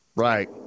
Right